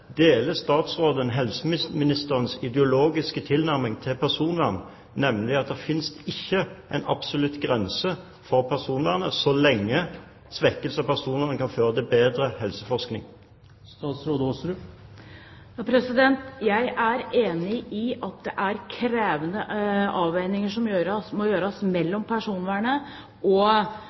Deler statsråden helseministerens ideologiske tilnærming til personvern, nemlig at det finnes ikke en absolutt grense for personvernet så lenge svekkelse av personvernet kan føre til bedre helseforskning? Jeg er enig i at det er krevende avveininger som må gjøres mellom personvernet og